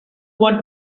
want